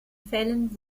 fällen